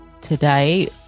today